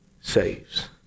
saves